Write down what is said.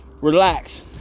Relax